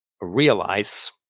realize